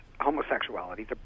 homosexuality